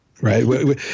right